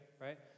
right